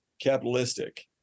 capitalistic